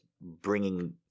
bringing